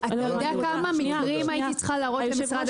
אתה יודע כמה מקרים הייתי צריכה להראות למשרד